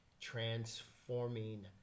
transforming